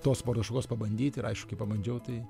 tos sporto šokos pabandyti ir aišku kai pabandžiau tai